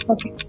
Okay